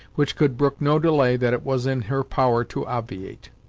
which could brook no delay that it was in her power to obviate.